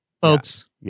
folks